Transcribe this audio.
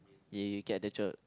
ya you get the joke